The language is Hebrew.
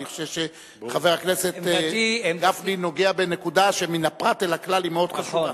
אני חושב שחבר הכנסת גפני נוגע בנקודה שמן הפרט אל הכלל היא מאוד חשובה.